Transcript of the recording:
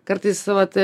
kartais vat